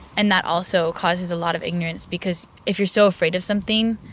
and that also causes a lot of ignorance because if you're so afraid of something,